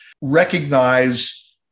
recognize